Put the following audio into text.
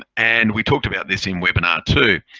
ah and we've talked about this in webinar two.